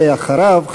ואחריו,